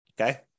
Okay